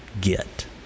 get